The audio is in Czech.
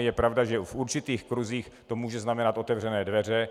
Je pravda, že v určitých kruzích to může znamenat otevřené dveře.